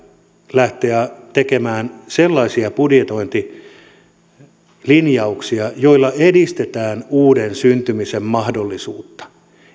lähteä tekemään sellaisia budjetointilinjauksia joilla edistetään uuden syntymisen mahdollisuutta